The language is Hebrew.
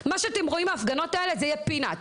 מה שאתם רואים ההפגנות האלה זה יהיה 'פינס',